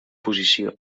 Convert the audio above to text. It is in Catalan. posició